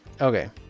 Okay